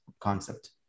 concept